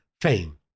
fame